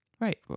Right